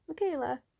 Michaela